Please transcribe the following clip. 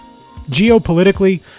Geopolitically